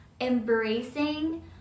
embracing